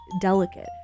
delicate